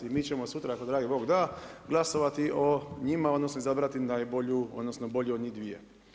I mi ćemo sutra ako dragi Bog da glasovati o njima, odnosno izabrati najbolju, odnosno bolju od njih dvije.